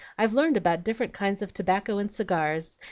i've learned about different kinds of tobacco and cigars,